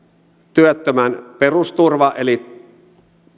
työttömän perusturva eli